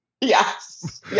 Yes